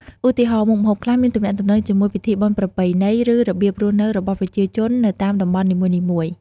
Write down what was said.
ឧទាហរណ៍ មុខម្ហូបខ្លះមានទំនាក់ទំនងជាមួយពិធីបុណ្យប្រពៃណី ឬរបៀបរស់នៅរបស់ប្រជាជននៅតាមតំបន់នីមួយៗ ។